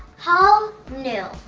hall. new?